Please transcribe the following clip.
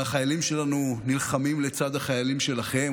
והחיילים שלנו נלחמים לצד החיילים שלכם,